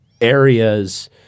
areas